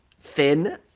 thin